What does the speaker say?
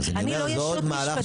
אני לא יישות משפטית.